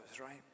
right